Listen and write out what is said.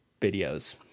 videos